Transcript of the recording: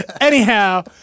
Anyhow